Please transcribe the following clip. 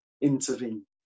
intervene